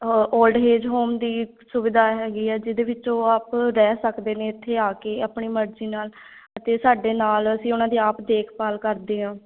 old age home ਦੀ ਸੁਵਿਧਾ ਹੈਗੀ ਆ ਜਿਹਦੇ ਵਿੱਚ ਉਹ ਆਪ ਰਹਿ ਸਕਦੇ ਨੇ ਇੱਥੇ ਆ ਕੇ ਆਪਣੀ ਮਰਜ਼ੀ ਨਾਲ ਅਤੇ ਸਾਡੇ ਨਾਲ ਅਸੀਂ ਉਹਨਾਂ ਦੀ ਆਪ ਦੇਖਭਾਲ ਕਰਦੇ ਹਾਂ